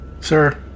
sir